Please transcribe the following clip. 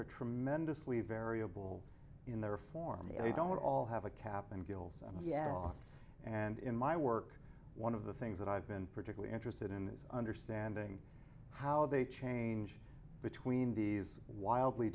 are tremendously variable in their form they don't all have a cap and gills and in my work one of the things that i've been particularly interested in is understanding how they change between these wildly